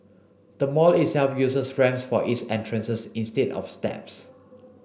the mall itself uses ramps for its entrances instead of steps